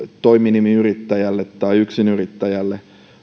toiminimiyrittäjälle tai yksinyrittäjälle